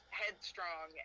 headstrong